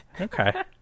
Okay